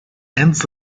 ends